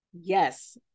yes